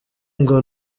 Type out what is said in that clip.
ngo